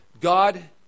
God